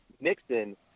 Nixon